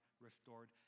restored